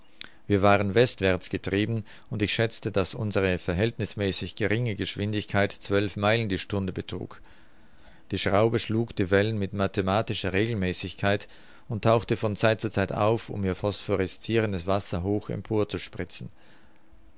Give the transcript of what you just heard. wir waren westwärts getrieben und ich schätzte daß unsere verhältnißmäßig geringe geschwindigkeit zwölf meilen die stunde betrug die schraube schlug die wellen mit mathematischer regelmäßigkeit und tauchte von zeit zu zeit auf um ihr phosphorescirendes wasser hoch